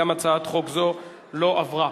הצעת החוק לא עברה.